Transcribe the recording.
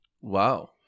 Wow